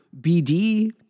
BD